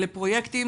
אלה פרויקטים,